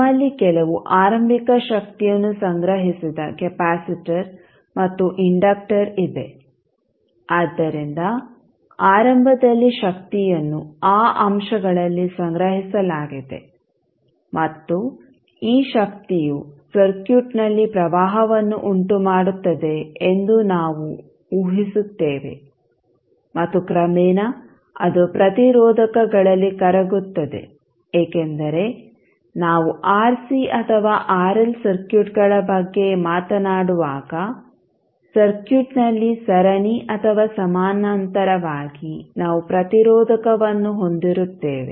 ನಮ್ಮಲ್ಲಿ ಕೆಲವು ಆರಂಭಿಕ ಶಕ್ತಿಯನ್ನು ಸಂಗ್ರಹಿಸಿದ ಕೆಪಾಸಿಟರ್ ಮತ್ತು ಇಂಡಕ್ಟರ್ ಇದೆ ಆದ್ದರಿಂದ ಆರಂಭದಲ್ಲಿ ಶಕ್ತಿಯನ್ನು ಆ ಅಂಶಗಳಲ್ಲಿ ಸಂಗ್ರಹಿಸಲಾಗಿದೆ ಮತ್ತು ಈ ಶಕ್ತಿಯು ಸರ್ಕ್ಯೂಟ್ನಲ್ಲಿ ಪ್ರವಾಹವನ್ನು ಉಂಟುಮಾಡುತ್ತದೆ ಎಂದು ನಾವು ಊಹಿಸುತ್ತೇವೆ ಮತ್ತು ಕ್ರಮೇಣ ಅದು ಪ್ರತಿರೋಧಕಗಳಲ್ಲಿ ಕರಗುತ್ತದೆ ಏಕೆಂದರೆ ನಾವು ಆರ್ಸಿ ಅಥವಾ ಆರ್ಎಲ್ ಸರ್ಕ್ಯೂಟ್ಗಳ ಬಗ್ಗೆ ಮಾತನಾಡುವಾಗ ಸರ್ಕ್ಯೂಟ್ನಲ್ಲಿ ಸರಣಿ ಅಥವಾ ಸಮಾನಾಂತರವಾಗಿ ನಾವು ಪ್ರತಿರೋಧಕವನ್ನು ಹೊಂದಿರುತ್ತೇವೆ